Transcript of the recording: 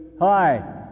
hi